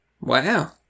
Wow